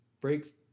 break